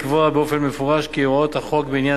לקבוע באופן מפורש כי הוראות החוק בעניין